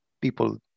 people